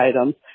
items